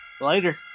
Later